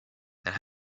that